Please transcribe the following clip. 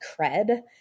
cred